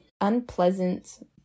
unpleasant